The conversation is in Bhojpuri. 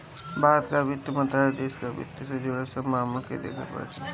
भारत कअ वित्त मंत्रालय देस कअ वित्त से जुड़ल सब मामल के देखत बाटे